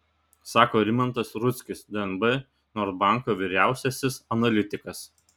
sako rimantas rudzkis dnb nord banko vyriausiasis analitikas